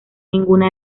ninguna